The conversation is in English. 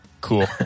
Cool